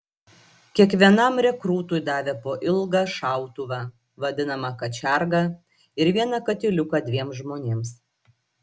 kiekvienam rekrūtui davė po ilgą šautuvą vadinamą kačergą ir vieną katiliuką dviems žmonėms